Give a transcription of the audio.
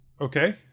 Okay